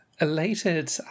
elated